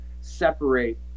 separate